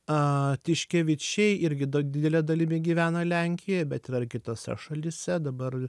a tiškevičiai irgi didele dalimi gyvena lenkijoje bet yra ir kitose šalyse dabar